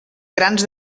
grans